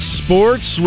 sports